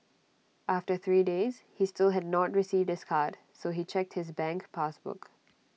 after three days he still had not received his card so he checked his bank pass book